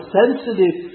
sensitive